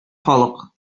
халык